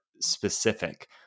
specific